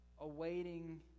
Awaiting